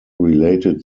related